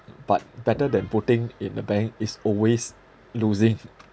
but better than putting in the bank is always losing